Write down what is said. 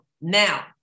now